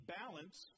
balance